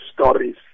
stories